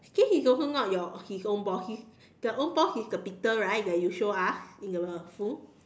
this is also not your his own boss his the own boss is the Peter right that you show us in the phone